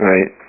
Right